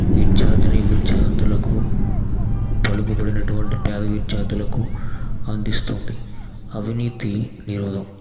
విద్యార్థిని విద్యార్థులకు పలుకుబడినటువంటి పేద విద్యార్థులకు అందిస్తుంది అవినీతి నిరోధం